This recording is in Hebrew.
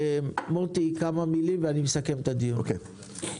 מוטי, כמה מילים, ואני מסכם את הדיון, בבקשה.